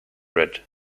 red